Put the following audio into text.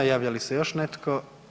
Javlja li se još netko?